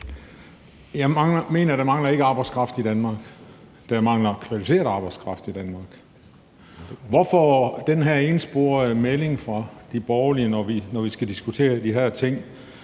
Jeg mener ikke, at der mangler arbejdskraft i Danmark, men der mangler kvalificeret arbejdskraft i Danmark. Hvorfor kommer der den her ensporede melding fra de borgerlige, når vi skal diskutere de her ting?